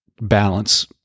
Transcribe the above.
balance